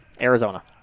Arizona